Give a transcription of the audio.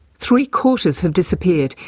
three-quarters have disappeared,